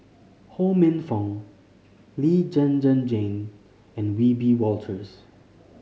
Ho Minfong Lee Zhen Zhen Jane and Wiebe Wolters